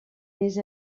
més